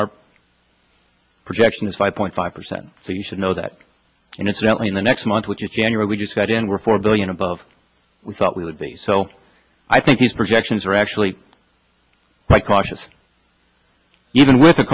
our projection is five point five percent so you should know that incidentally in the next month which is january we just got in we're four billion above we thought we would be so i think these projections are actually quite cautious even with a